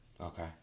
Okay